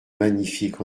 magnifique